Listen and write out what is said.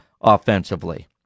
offensively